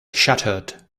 shattered